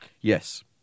Yes